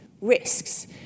risks